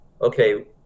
okay